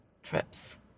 trips